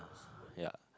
ya